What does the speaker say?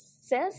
says